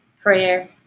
Prayer